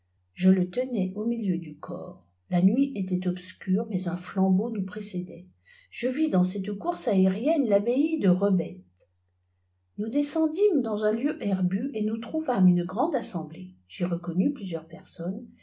je le tenaiiau milieu du oofps la nuit était obscure mais un flambeau noua précédait je vis dans cette course aérienne tabbaye de rebets nous descendîmes dans un lieu herbu où nous trouvâmes une grande assemblée j'y reconnus plusieurs personnes